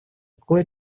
кое